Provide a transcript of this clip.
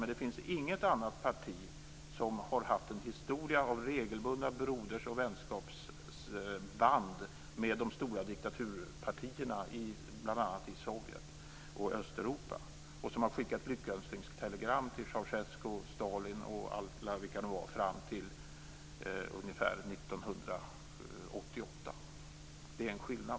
Men det finns inget annat parti som har haft en historia av regelbundna broders och vänskapsband med de stora diktaturpartierna i bl.a. Sovjet och Östeuropa och som har skickat lyckönskningstelegram till Ceausescu, Stalin och vilka de var fram till ungefär 1988. Det är en skillnad,